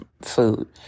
food